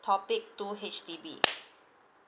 topic two H_D_B